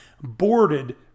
boarded